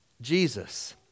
Jesus